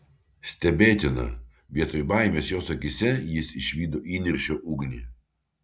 stebėtina vietoj baimės jos akyse jis išvydo įniršio ugnį